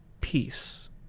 peace